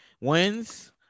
wins